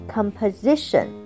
Composition